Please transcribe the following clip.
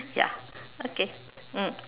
ya okay mm